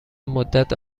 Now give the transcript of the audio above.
مدت